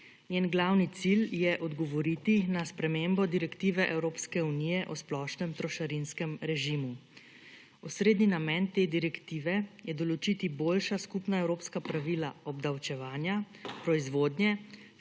Njen glavni cilj je odgovoriti na spremembo direktive Evropske unije o splošnem trošarinskem režimu. Osrednji namen te direktive je določiti boljša skupna evropska pravila obdavčevanja, proizvodnje,